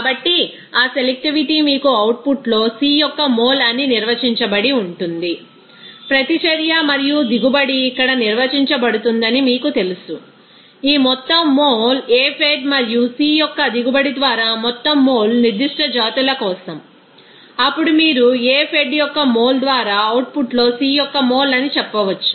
కాబట్టి ఆ సెలెక్టివిటీ మీకు అవుట్పుట్ లో C యొక్క మోల్ అని నిర్వచించబడి ఉంటుంది ప్రతిచర్య మరియు దిగుబడి ఇక్కడ నిర్వచించబడుతుందని మీకు తెలుసు ఈ మొత్తం మోల్ A ఫెడ్ మరియు C యొక్క దిగుబడి ద్వారా మొత్తం మోల్ నిర్దిష్ట జాతుల కోసం అప్పుడు మీరు A ఫెడ్ యొక్క మోల్ ద్వారా అవుట్పుట్లోC యొక్క మోల్ అని చెప్పవచ్చు